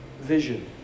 vision